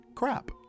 crap